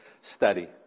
study